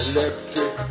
Electric